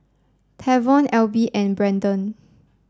Tavon Alby and Brandon